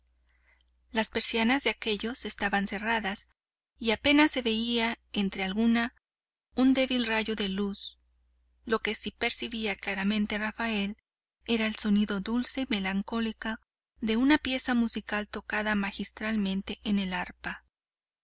las persianas de aquellos estaban cerradas y apenas se veía entre alguna un débil rayo de luz lo que sí percibía claramente rafael era el sonido dulce y melancólico de una pieza musical tocada magistralmente en el arpa